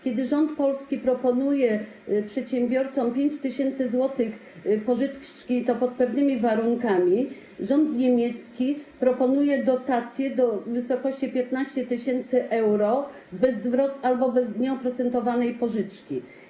Kiedy rząd polski proponuje przedsiębiorcom 5 tys. zł pożyczki, i to pod pewnymi warunkami, rząd niemiecki proponuje dotacje do wysokości 15 tys. euro bez zwrotu albo nieoprocentowane pożyczki.